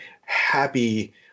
happy